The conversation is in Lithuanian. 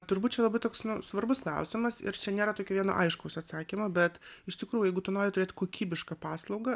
turbūt čia labai toks svarbus klausimas ir čia nėra tokio vieno aiškaus atsakymo bet iš tikrųjų jeigu tu nori turėt kokybišką paslaugą